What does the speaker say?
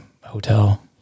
hotel